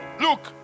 Look